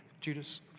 Judas